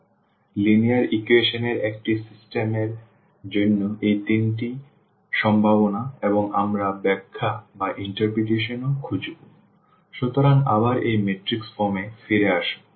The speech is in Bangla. সুতরাং লিনিয়ার ইকুয়েশন এর একটি সিস্টেম এরজন্য এই তিনটি সম্ভাবনা এবং আমরা ব্যাখ্যাও খুঁজব সুতরাং আবার এই ম্যাট্রিক্স ফর্মে ফিরে আসব